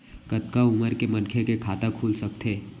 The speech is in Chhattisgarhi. कतका उमर के मनखे के खाता खुल सकथे?